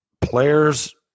Players